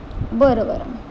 बरं बरं मग